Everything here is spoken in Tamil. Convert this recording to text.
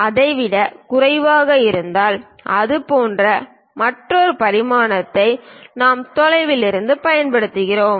அதைவிடக் குறைவாக இருந்தால் அதுபோன்ற மற்றொரு பரிமாணத்தை நாம் தொலைவில் இருந்து பயன்படுத்துகிறோம்